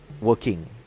working